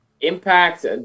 Impact